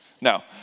no